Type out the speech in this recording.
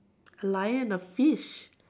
a lion and a fish